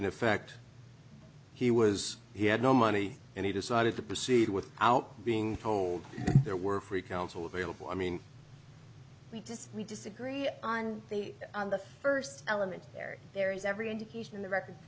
it in effect he was he had no money and he decided to proceed without being told there were free counsel available i mean we just we disagree on the on the first element there there is every indication in the record